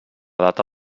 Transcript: data